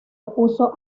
opuso